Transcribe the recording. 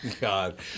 God